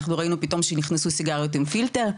אנחנו ראינו פתאום שנכנסו סיגריות עם פילטר,